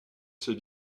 ses